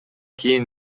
кийин